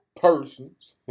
persons